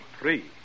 three